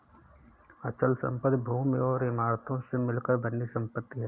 अचल संपत्ति भूमि और इमारतों से मिलकर बनी संपत्ति है